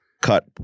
cut